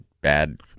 bad